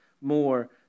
more